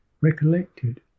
recollected